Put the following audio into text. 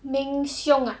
beng siong ah